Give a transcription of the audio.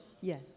Yes